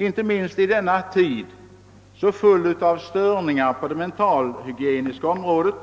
Inte minst i denna tid, så full av störningar på det mentalhygieniska området,